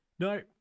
No